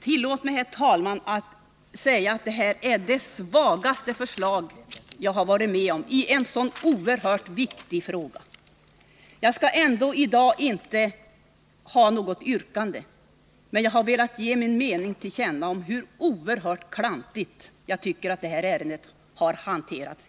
Tillåt mig, herr talman, att säga att detta är det svagaste förslag jag varit med om i en så oerhört viktig fråga. Jag skall i dag ändå inte framställa något yrkande, men jag har velat ge min mening till känna om hur oerhört klantigt jag tycker att detta ärende hittills har hanterats.